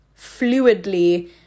fluidly